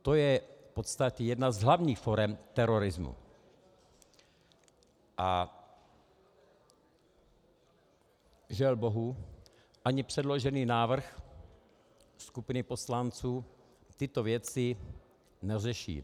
To je v podstatě jedna z hlavních forem terorismu a žel bohu ani předložený návrh skupiny poslanců tyto věci neřeší.